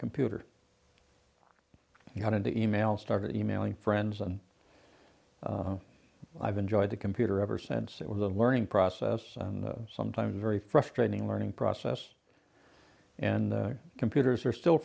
computer he wanted to email started emailing friends and i've enjoyed the computer ever since it was a learning process and sometimes a very frustrating learning process and computers are still